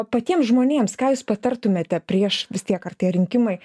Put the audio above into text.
patiem žmonėms ką jūs patartumėte prieš vis tiek artėja rinkimai